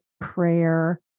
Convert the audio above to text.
prayer